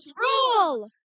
rule